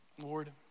Lord